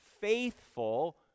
faithful